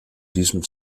diesem